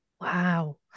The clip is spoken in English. Wow